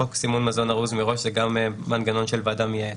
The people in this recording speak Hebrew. בחוק סימון מזון ארוז מראש זה גם מנגנון של ועדה מייעצת.